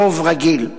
ברוב רגיל.